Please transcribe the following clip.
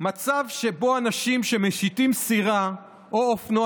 מצב שבו אנשים שמשיטים סירה או אופנוע